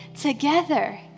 together